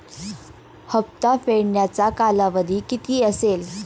हप्ता फेडण्याचा कालावधी किती असेल?